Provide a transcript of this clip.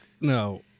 no